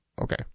Okay